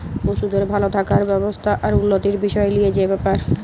পশুদের ভাল থাকার ব্যবস্থা আর উল্যতির বিসয় লিয়ে যে ব্যাপার